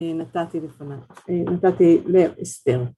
נתתי לפנות. נתתי להסתר.